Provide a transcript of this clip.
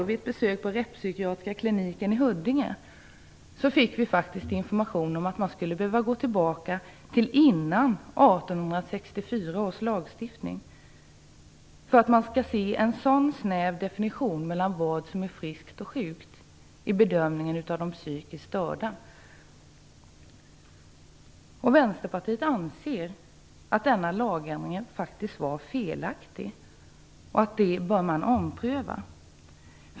Vid ett besök vid Rättspsykiatriska kliniken i Huddinge i går fick vi information om att man får gå tillbaka till före 1864 års lagstiftning för att hitta en lika snäv definition av vad som är friskt och sjukt vid bedömningen av de psykiskt störda. - Vänsterpartiet anser att denna lagändring var felaktig och bör omprövas.